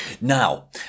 Now